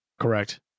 Correct